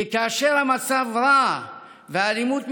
כי כאשר המצב רע והאלימות משתוללת,